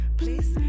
please